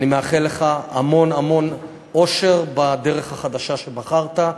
אני מאחל לך המון המון אושר בדרך החדשה שבחרת,